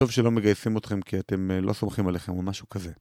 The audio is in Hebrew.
טוב שלא מגייסים אותכם כי אתם לא סומכים עליכם או משהו כזה.